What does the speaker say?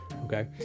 Okay